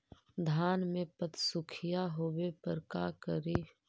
धान मे पत्सुखीया होबे पर का करि?